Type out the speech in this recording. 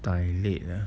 dilate ah